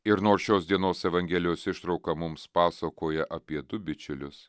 ir nors šios dienos evangelijos ištrauka mums pasakoja apie du bičiulius